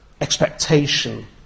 expectation